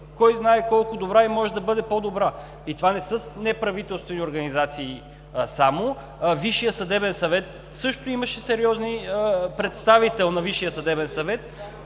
кой знае колко добра и може да бъде по-добра. И това не са неправителствени организации само, а Висшият съдебен съвет също имаше сериозни… (Реплики.) Представител на Висшия съдебен съвет